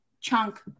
Chunk